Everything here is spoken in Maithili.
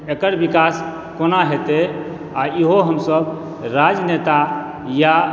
एकर विकास कोना हेतय आ इहो हमसभ राजनेता वा